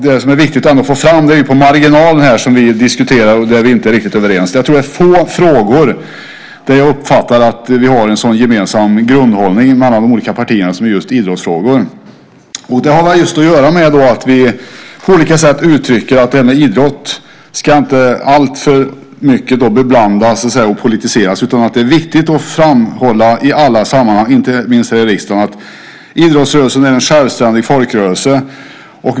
Det som är viktigt att få fram och där vi inte riktigt är överens är på marginalen. Jag tror att det är få frågor där vi har en så gemensam grundinställning bland partierna som just idrottsfrågor. Det har väl att göra med att vi på olika sätt uttrycker att idrott inte ska politiseras alltför mycket. Det är viktigt att i alla sammanhang - inte minst här i riksdagen - framhålla att idrottsrörelsen är en självständig folkrörelse.